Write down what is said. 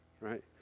right